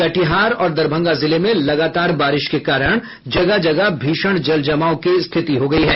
कटिहार और दरभंगा जिले में लगातार बारिश के कारण जगह जगह भीषण जल जमाव की स्थिति हो गयी है